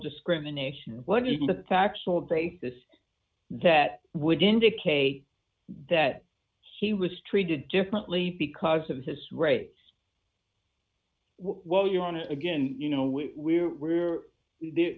discrimination what is the factual basis that would indicate that he was treated differently because of his race while you're on it again you know we're we're there